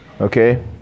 Okay